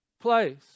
place